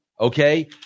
Okay